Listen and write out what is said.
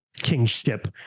kingship